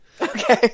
Okay